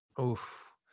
Oof